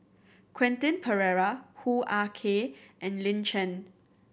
Quentin Pereira Hoo Ah Kay and Lin Chen